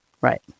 Right